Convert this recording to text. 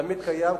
תמיד קיימת,